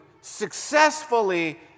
successfully